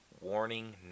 warning